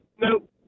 nope